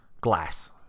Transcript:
Glass